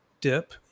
dip